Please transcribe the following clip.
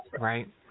right